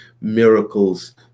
miracles